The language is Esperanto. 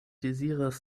deziras